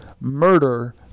murder